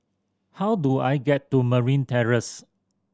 how do I get to Marine Terrace